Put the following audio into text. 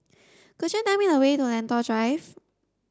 could you tell me a way to Lentor Drive